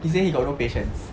he say he got no patience